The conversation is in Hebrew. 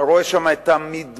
אתה רואה שם את המדבר,